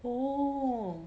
oh